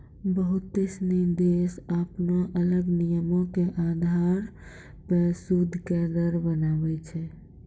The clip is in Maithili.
बहुते सिनी देश अपनो अलग नियमो के अधार पे सूद के दर बनाबै छै